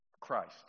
Christ